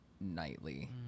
Nightly